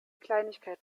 kleinigkeit